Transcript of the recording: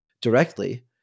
directly